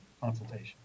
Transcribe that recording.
consultation